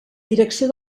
direcció